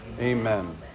Amen